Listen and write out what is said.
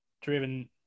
driven